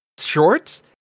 shorts